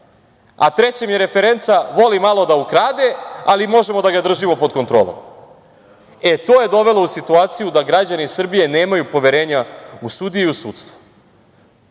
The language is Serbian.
Trećem je referenca – voli malo da ukrade, ali možemo da ga držimo pod kontrolom. E, to je dovelo u situaciju da građani Srbije nemaju poverenja u sudije i sudstvo. Dolaskom